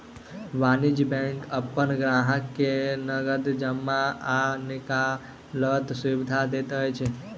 वाणिज्य बैंक अपन ग्राहक के नगद जमा आ निकालैक सुविधा दैत अछि